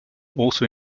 also